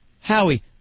Howie